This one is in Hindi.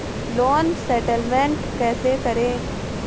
लोन सेटलमेंट कैसे करें?